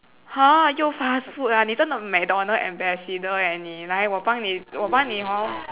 !huh! 又 fast food ah 你真的 macdonald's ambassador leh 你来我帮你我帮你 hor